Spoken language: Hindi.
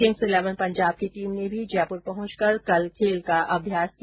किंग्स इलेवन पजांब की टीम ने भी जयपुर पहुंचकर कल खेल का अभ्यास किया